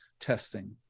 testing